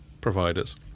providers